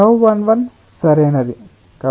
τ11 సరైనది